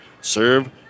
Serve